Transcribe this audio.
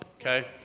Okay